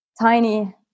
tiny